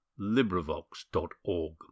LibriVox.org